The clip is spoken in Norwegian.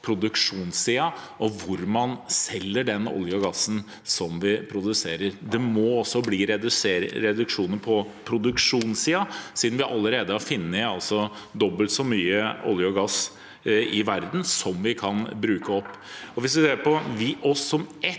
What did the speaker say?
produksjonssiden og hvor man selger den oljen og gassen vi produserer. Det må også bli reduksjoner på produksjonssiden siden vi allerede har funnet dobbelt så mye olje og gass i verden som vi kan bruke opp. Hvis vi ser på oss som